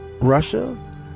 russia